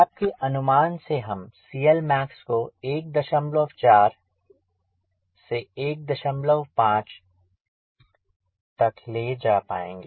आप के अनुमान से हम CLmax को 14 15 तक ले जा पाएंगे